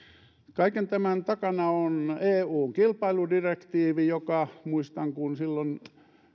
kaiken tämän takana on eun kilpailudirektiivi muistan että kun silloin